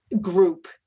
group